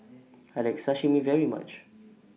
I like Sashimi very much